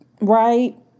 Right